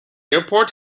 airport